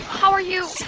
how are you?